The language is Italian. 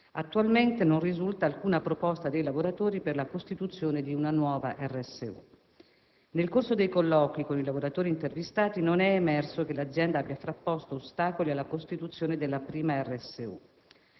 Attualmente, non risulta alcuna proposta dei lavoratori per la costituzione di una nuova RSU. Nel corso dei colloqui con i lavoratori intervistati, non è emerso che l'azienda abbia frapposto ostacoli alla costituzione della prima RSU.